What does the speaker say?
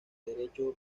derecho